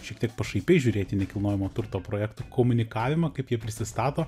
šiek tiek pašaipiai žiūrėt į nekilnojamo turto projektų komunikavimą kaip jie prisistato